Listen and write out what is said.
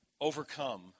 overcome